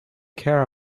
care